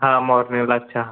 हा मॉर्निंगला अच्छा